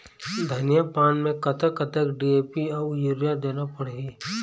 धनिया पान मे कतक कतक डी.ए.पी अऊ यूरिया देना पड़ही?